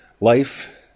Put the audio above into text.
Life